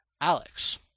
Alex